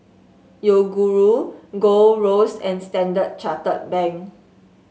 Yoguru Gold Roast and Standard Chartered Bank